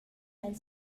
ein